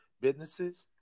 businesses